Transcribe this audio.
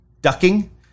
ducking